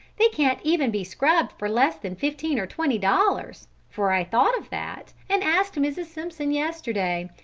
they can't even be scrubbed for less than fifteen or twenty dollars, for i thought of that and asked mrs. simpson yesterday,